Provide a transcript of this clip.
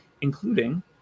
including